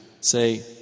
Say